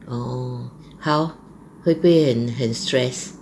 orh how 会不会很很 stress